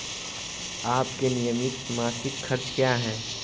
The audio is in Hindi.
आपके नियमित मासिक खर्च क्या हैं?